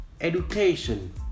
Education